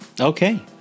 Okay